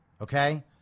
Okay